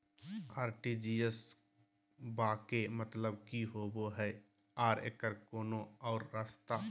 RTGS बा के मतलब कि होबे हय आ एकर कोनो और रस्ता?